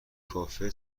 کافه